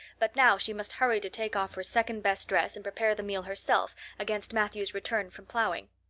but now she must hurry to take off her second-best dress and prepare the meal herself against matthew's return from plowing.